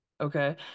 Okay